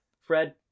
Fred